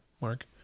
Mark